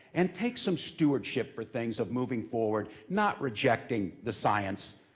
and take some stewardship for things of moving forward, not rejecting the science.